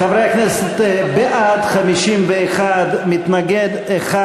חברי הכנסת, בעד, 51. מתנגד אחד.